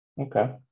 okay